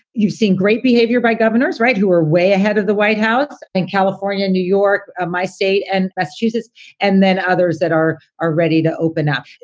you've seen great behavior by governors, right. who are way ahead of the white house and california, new york, ah my state and massachusetts and then others that are are ready to open up.